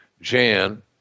Jan